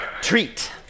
treat